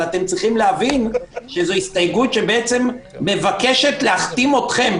אתם צריכים להבין שזו הסתייגות שמבקשת להחתים אתכם,